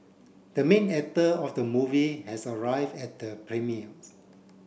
the main actor of the movie has arrive at the premieres